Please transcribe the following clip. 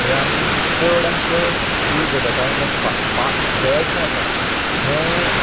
हे आमी चड आनी चड यूज जाता कारण ते फा फा फेट जे आसा हें